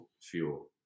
fuel